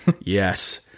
yes